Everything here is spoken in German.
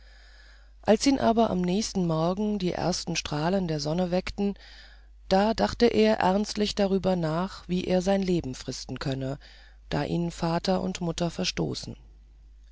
als ihn aber am nächsten morgen die ersten strahlen der sonne erweckten da dachte er ernstlich darüber nach wie er sein leben fristen könne da ihn vater und mutter verstoßen